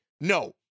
No